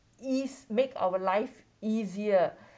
is make our life easier